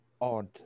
odd